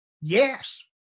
Yes